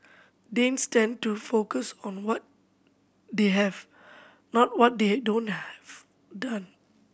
Danes tend to focus on what they have not what they don't have done